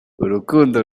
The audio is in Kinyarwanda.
urukundo